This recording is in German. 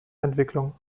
entwicklung